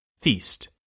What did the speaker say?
Feast